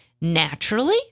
Naturally